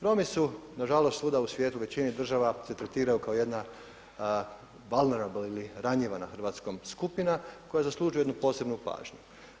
Romi su nažalost svuda u svijetu u većini država se tretiraju kao jedna vulnerable ili ranjiva na hrvatskom skupina koja zaslužuje jednu posebnu pažnju.